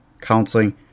counseling